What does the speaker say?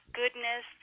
goodness